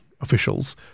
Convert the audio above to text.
officials